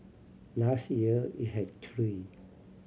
last year it had three